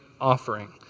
offering